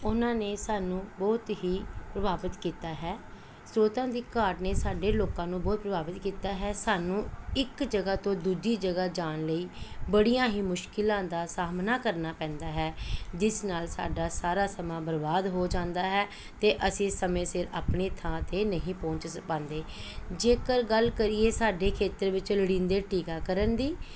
ਉਹਨਾਂ ਨੇ ਸਾਨੂੰ ਬਹੁਤ ਹੀ ਪ੍ਰਭਾਵਿਤ ਕੀਤਾ ਹੈ ਸਰੋਤਾਂ ਦੀ ਘਾਟ ਨੇ ਸਾਡੇ ਲੋਕਾਂ ਨੂੰ ਬਹੁਤ ਪ੍ਰਭਾਵਿਤ ਕੀਤਾ ਹੈ ਸਾਨੂੰ ਇੱਕ ਜਗ੍ਹਾ ਤੋਂ ਦੂਜੀ ਜਗ੍ਹਾ ਜਾਣ ਲਈ ਬੜੀਆਂ ਹੀ ਮੁਸ਼ਕਲਾਂ ਦਾ ਸਾਹਮਣਾ ਕਰਨਾ ਪੈਂਦਾ ਹੈ ਜਿਸ ਨਾਲ ਸਾਡਾ ਸਾਰਾ ਸਮਾਂ ਬਰਬਾਦ ਹੋ ਜਾਂਦਾ ਹੈ ਅਤੇ ਅਸੀਂ ਸਮੇਂ ਸਿਰ ਆਪਣੀ ਥਾਂ 'ਤੇ ਨਹੀਂ ਪਹੁੰਚ ਪਾਉਂਦੇ ਜੇਕਰ ਗੱਲ ਕਰੀਏ ਸਾਡੇ ਖੇਤਰ ਵਿੱਚ ਲੋੜੀਂਦੇ ਟੀਕਾਕਰਨ ਦੀ